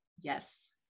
yes